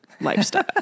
lifestyle